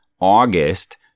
August